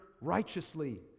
righteously